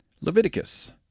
Leviticus